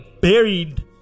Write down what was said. buried